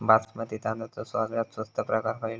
बासमती तांदळाचो सगळ्यात स्वस्त प्रकार खयलो?